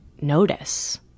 notice